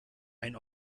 ein